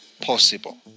possible